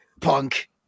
Punk